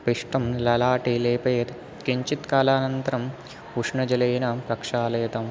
पिष्टं ललाटे लेपयत् किञ्चित् कालानन्तरम् उष्णजलेन प्रक्षाल्यताम्